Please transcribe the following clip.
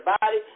body